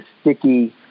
sticky